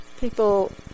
people